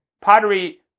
pottery